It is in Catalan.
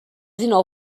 dinou